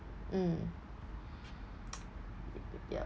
mm yup